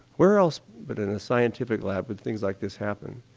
where else but in a scientific lab would things like this happen?